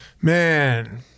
Man